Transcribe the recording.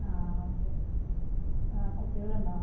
ആ ഓക്കെ കുട്ടികളുണ്ടോ